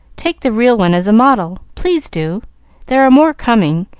take the real one as a model please do there are more coming,